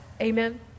Amen